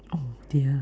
oh dear